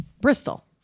Bristol